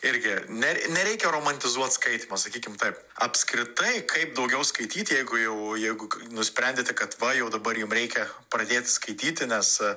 irgi ner nereikia romantizuot skaitymo sakykim taip apskritai kaip daugiau skaityti jeigu jau jeigu nusprendėte kad va jau dabar jum reikia pradėt skaityti nes